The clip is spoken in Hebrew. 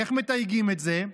איך מתייגים את זה?